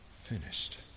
finished